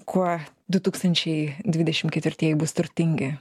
kuo du tūkstančiai dvidešimt ketvirtieji bus turtingi